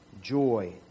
joy